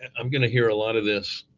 i'm going to hear a lot of this,